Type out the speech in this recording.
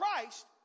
Christ